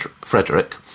Frederick